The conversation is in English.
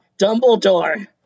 Dumbledore